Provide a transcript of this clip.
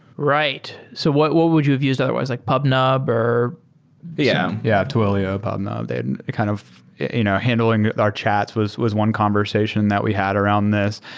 right. so what what would you have used otherwise? like pubnub or yeah, yeah twilio, pubnub. and kind of you know handling our chats was was one conversation that we had around this,